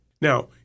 Now